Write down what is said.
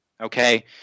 Okay